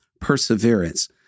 perseverance